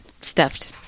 stuffed